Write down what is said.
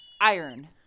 Iron